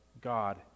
God